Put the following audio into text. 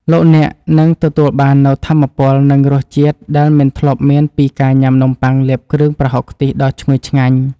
លោកអ្នកនឹងទទួលបាននូវថាមពលនិងរសជាតិដែលមិនធ្លាប់មានពីការញ៉ាំនំប៉័ងលាបគ្រឿងប្រហុកខ្ទិះដ៏ឈ្ងុយឆ្ងាញ់។